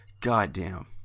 goddamn